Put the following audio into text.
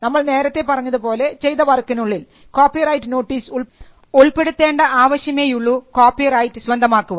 നമ്മൾ നേരത്തെ പറഞ്ഞതു പോലെ ചെയ്ത വർക്കിനുള്ളിൽ കോപ്പിറൈറ്റ് നോട്ടീസ് ഉൾപ്പെടുത്തേണ്ട ആവശ്യമേയുള്ളൂ കോപ്പിറൈറ്റ് സ്വന്തമാക്കുവാൻ